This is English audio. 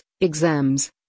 exams